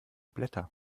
blätter